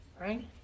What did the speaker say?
Right